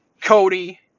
Cody